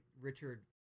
Richard